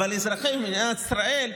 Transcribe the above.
אבל אזרחי מדינת ישראל,